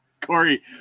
Corey